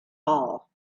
all